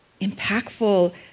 impactful